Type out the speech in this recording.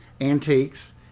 antiques